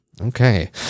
Okay